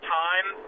time